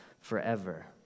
forever